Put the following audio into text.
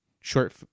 short